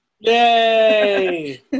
yay